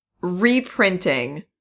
reprinting